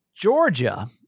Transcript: Georgia